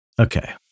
Okay